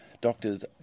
Doctors